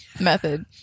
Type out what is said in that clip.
method